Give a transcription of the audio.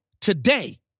today